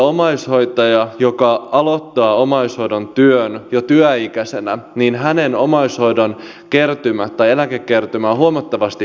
omaishoitajan joka aloittaa omaishoidon työn löytyä eikä se enää niin jo työikäisenä eläkekertymä on huomattavasti pienempi